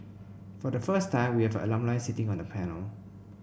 for the first time we have an alumni sitting on the panel